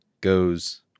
Goes